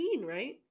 right